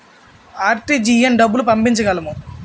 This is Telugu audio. ఆర్.టీ.జి.ఎస్ డబ్బులు పంపించగలము?